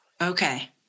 Okay